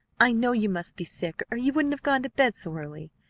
i know you must be sick, or you wouldn't have gone to bed so early.